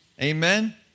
Amen